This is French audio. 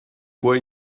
quoi